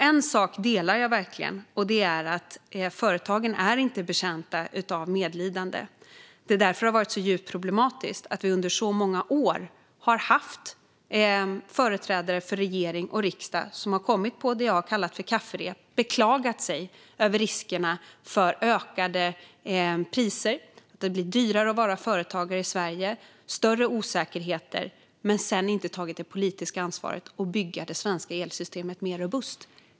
En sak instämmer jag verkligen i, nämligen att företagen inte är betjänta av medlidande. Det är därför det har varit så djupt problematiskt att företrädare för regering och riksdag under så många år har kommit till det jag kallar kafferep och beklagat sig över riskerna för ökade priser, att det har blivit dyrare att vara företagare i Sverige med större osäkerheter, men sedan inte tagit det politiska ansvaret att bygga det svenska elsystemet mer robust.